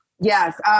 Yes